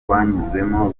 twanyuzemo